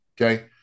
Okay